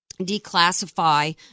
declassify